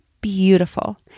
beautiful